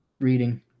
reading